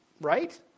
right